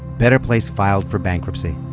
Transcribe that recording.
better place filed for bankruptcy